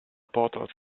portals